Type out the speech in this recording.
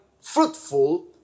fruitful